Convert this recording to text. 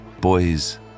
boys